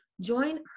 Join